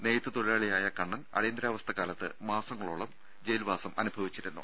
നെയ്ത്ത് തൊഴിലാളിയായ കണ്ണൻ അടിയന്തരാവസ്ഥ കാലത്ത് മാസങ്ങളോളം ജയിൽവാസം അനുഭവിച്ചിരുന്നു